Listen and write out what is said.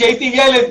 כשהייתי ילד,